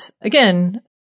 again